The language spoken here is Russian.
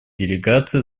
делегации